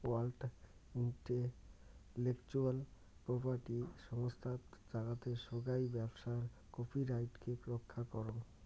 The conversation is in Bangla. ওয়ার্ল্ড ইন্টেলেকচুয়াল প্রপার্টি সংস্থাত জাগাতের সোগাই ব্যবসার কপিরাইটকে রক্ষা করাং